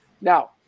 Now